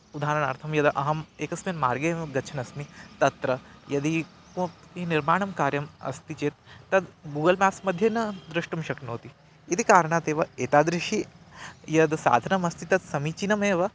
उदाहरणार्थं यदा अहम् एकस्मिन् मार्गे एवं गच्छन् अस्मि तत्र यदि कोपि निर्माणं कार्यम् अस्ति चेत् तद् गूगल् म्याप्स् मध्ये न द्रष्टुं शक्नोति इति कारणात् एव एतादृशं यद् साधनमस्ति तत् समीचीनमेव